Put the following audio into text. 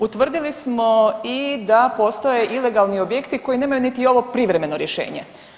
Utvrdili smo i da postoje ilegalni objekti koji nemaju niti ovo privremeno rješenje.